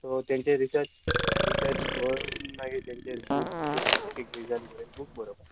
so तेंचे research research करून मागीर तेंचे बूक ते सायन्टिफीक रिजन बरोयन बूक बरोयलो